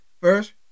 First